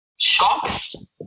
Shocks